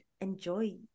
enjoy